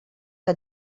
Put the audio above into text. que